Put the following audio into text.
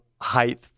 height